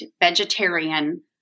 vegetarian